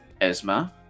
Esma